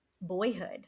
boyhood